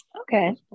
Okay